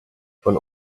von